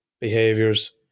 behaviors